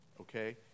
Okay